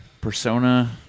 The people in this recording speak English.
persona